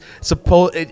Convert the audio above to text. supposed